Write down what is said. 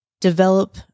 develop